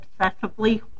obsessively